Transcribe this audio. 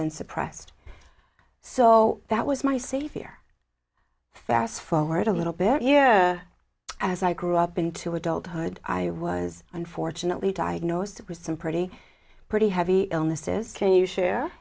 and suppressed so that was my savior fast forward a little bit here as i grew up into adulthood i was unfortunately diagnosed with some pretty pretty heavy illnesses can you share